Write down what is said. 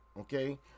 okay